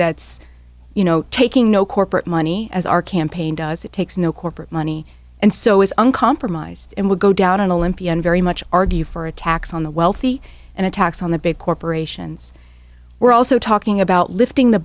that's you know taking no corporate money as our campaign does it takes no corporate money and so is uncompromised and will go down an olympian very much argue for a tax on the wealthy and a tax on the big corporations we're also talking about lifting the